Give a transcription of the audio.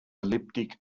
elliptic